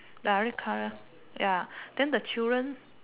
ya red colour ya then the children